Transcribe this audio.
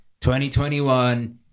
2021